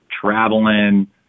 traveling